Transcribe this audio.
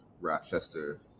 Rochester